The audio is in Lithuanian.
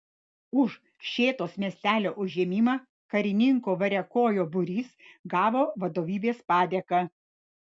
už šėtos miestelio užėmimą karininko variakojo būrys gavo vadovybės padėką